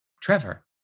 Trevor